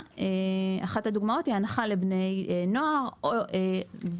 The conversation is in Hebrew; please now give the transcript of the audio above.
אחת הדוגמאות היא הנחה לבני נוער והנחה